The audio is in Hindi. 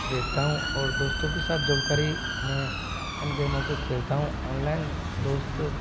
देखता हूँ और दोस्तों के साथ जुड़कर ही मैं इन गेमों को खेलता हूँ ऑनलाइन दोस्त